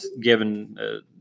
given